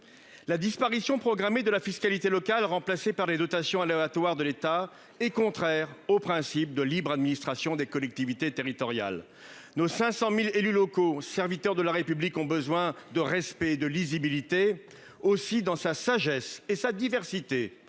La disparition programmée de la fiscalité locale, remplacée par des dotations aléatoires de l'État, est contraire au principe de libre administration des collectivités territoriales. Nos 500 000 élus locaux, serviteurs de la République, ont besoin de respect et de lisibilité. Aussi, dans sa sagesse et sa diversité,